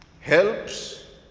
helps